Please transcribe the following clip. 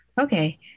Okay